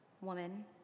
Woman